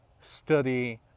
study